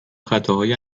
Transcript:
خطاهای